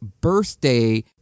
BIRTHDAY